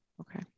Okay